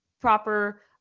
proper